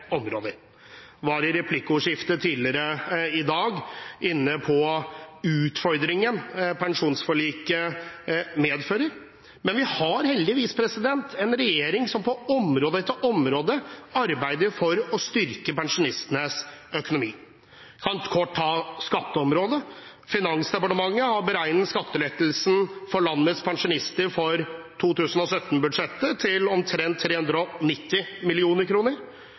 områder. Jeg var i replikkordskiftet tidligere i dag inne på utfordringen pensjonsforliket medfører, men vi har heldigvis en regjering som på område etter område arbeider for å styrke pensjonistenes økonomi. Jeg kan kort ta skatteområdet. Finansdepartementet har beregnet skattelettelsen for landets pensjonister for 2017-budsjettet til omtrent 390